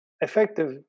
Effective